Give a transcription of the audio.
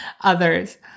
others